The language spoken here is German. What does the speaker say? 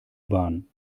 bahn